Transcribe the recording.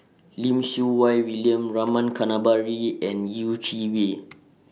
Lim Siew Wai William Rama Kannabiran and Yeh Chi Wei